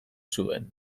zuen